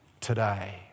today